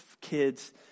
kids